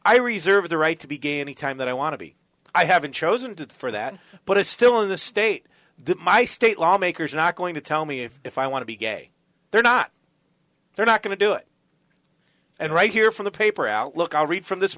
i reserve the right to be gay any time that i want to be i haven't chosen to for that but it's still in the state my state lawmakers are not going to tell me if i want to be gay they're not they're not going to do it and right here from the paper outlook i'll read from this